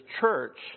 church